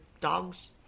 dogs